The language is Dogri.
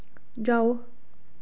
जाओ